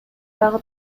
дагы